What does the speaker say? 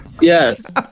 Yes